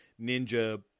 ninja